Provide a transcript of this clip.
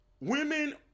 women